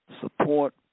support